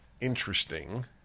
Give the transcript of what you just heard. interesting